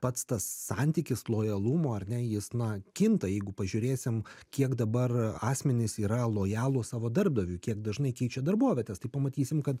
pats tas santykis lojalumo ar ne jis na kinta jeigu pažiūrėsim kiek dabar asmenys yra lojalūs savo darbdaviui kiek dažnai keičia darbovietes tai pamatysim kad